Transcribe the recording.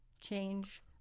change